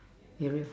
area